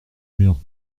mur